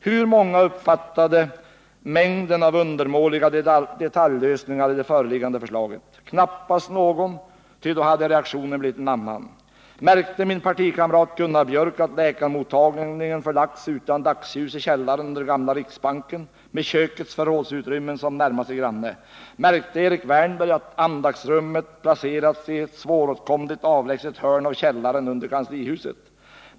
Hur många uppfattade mängden av undermåliga detaljlösningar i det föreliggande förslaget? Knappast någon, ty då hade reaktionen blivit en annan. Märkte min partikamrat Gunnar Biörck att läkarmottagningen har lagts utan dagsljus i källaren under gamla riksbanken, med kökets förrådsutrymmen som närmaste granne? Märkte Erik Wärnberg att andaktsrummet hade placerats i ett svåråtkomligt avlägset hörn av källaren under kanslihuset?